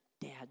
dad